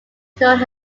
known